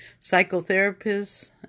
psychotherapists